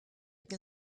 can